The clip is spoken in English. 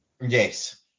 Yes